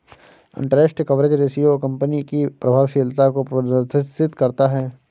interest coverage ratio company की प्रभावशीलता को प्रदर्शित करता है